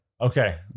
Okay